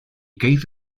keith